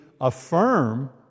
affirm